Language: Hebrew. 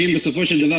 אם בסופו של דבר,